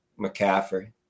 McCaffrey